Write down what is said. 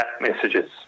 messages